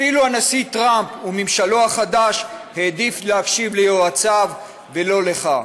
אפילו הנשיא טרמפ וממשלו החדש העדיף להקשיב ליועציו ולא לך.